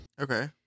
Okay